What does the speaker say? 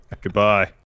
Goodbye